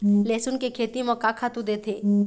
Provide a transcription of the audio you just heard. लेसुन के खेती म का खातू देथे?